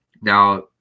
Now